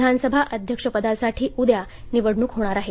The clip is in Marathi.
विधानसभा अध्यक्षपदासाठी उद्या निवडणूक होणार आहे